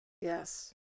yes